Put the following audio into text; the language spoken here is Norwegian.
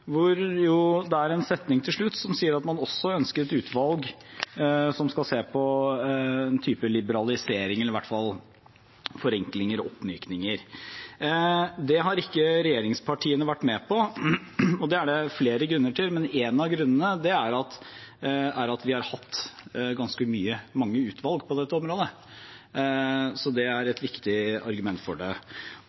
det er en setning til slutt som sier at man ønsker et utvalg som skal se på en type liberalisering eller i hvert fall forenklinger og oppmykninger. Det har ikke regjeringspartiene vært med på. Det er det flere grunner til, men en av grunnene er at vi har hatt ganske mange utvalg på dette området. Det er et viktig argument for det.